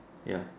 ya